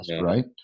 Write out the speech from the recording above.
right